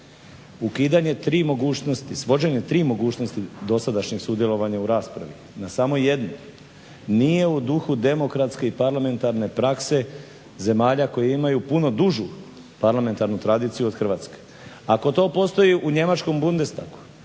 Ukidanje tri mogućnosti, svođenje tri mogućnosti dosadašnjeg sudjelovanja u raspravi na samo jednu, nije u duhu demokratske i parlamentarne praske zemalja koje imaju puno dužu parlamentarnu tradiciju od Hrvatske. Ako to postoji u njemačkom Bundestagu,